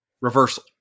reversal